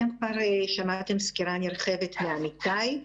אתם כבר שמעתם סקירה נרחבת של עמיתיי.